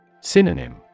Synonym